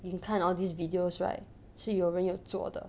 you can 看 all these videos right 是有人有做的